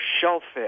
shellfish